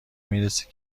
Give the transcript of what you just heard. میرسه